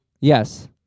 Yes